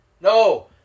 No